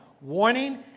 Warning